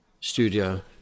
studio